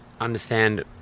understand